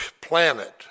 planet